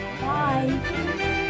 Bye